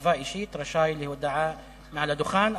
בהעלבה אישית רשאי להודיע הודעה מעל הדוכן,